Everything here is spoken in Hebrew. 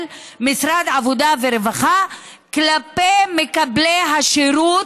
משרד העבודה והרווחה כלפי מקבלי השירות,